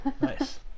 nice